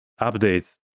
updates